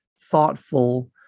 thoughtful